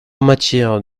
matière